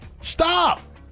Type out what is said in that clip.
Stop